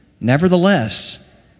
Nevertheless